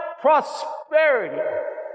prosperity